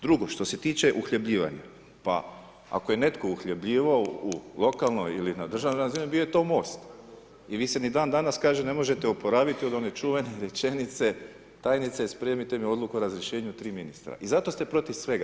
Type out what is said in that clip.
Drugo, što se tiče uhljebljivanja, pa ako je netko uhljebljivao u lokalnoj ili na državnoj razini bio je to Most i vi se ni dan danas, kaže, ne možete oporaviti od one čuvene rečenice, Tajnice spremite mi odluku o razrješenju tri ministra, i zato ste protiv svega.